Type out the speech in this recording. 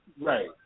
Right